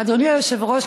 אדוני היושב-ראש,